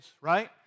right